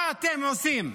מה אתם עושים?